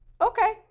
okay